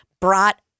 brought